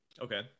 okay